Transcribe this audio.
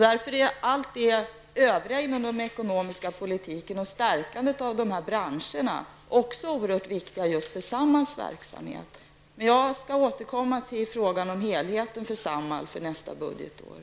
Därför är allt det övriga inom den ekonomiska politiken och stärkandet av dessa branscher oerhört viktigt också för Samhalls verksamhet. Jag skall återkomma till frågan om helheten för